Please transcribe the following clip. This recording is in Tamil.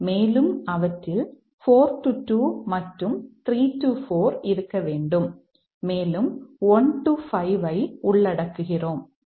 மேலும் அவற்றில் 4 2 மற்றும் 3 4 இருக்க வேண்டும் மேலும் 1 5 ஐ உள்ளடக்குகிறோம்